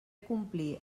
complir